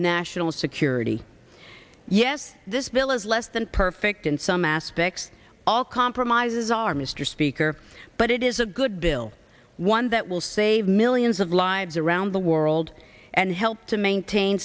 national security yes this bill is less than perfect in some aspects all compromises are mr speaker but it is a good bill one that will save millions of lives around the world and help to maintain